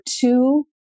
two